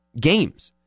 games